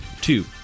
Two